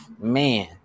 Man